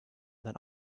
that